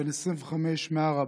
בן 25 מעראבה,